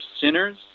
sinners